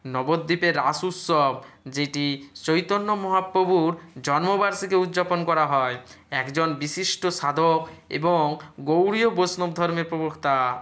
নবদ্বীপে রাস উৎসব যেটি চৈতন্য মহা প্রভুর জন্ম বার্ষিকে উদযাপন করা হয় একজন বিশিষ্ট সাধক এবং গৌড়ীয় বৈষ্ণব ধর্মের প্রবক্তা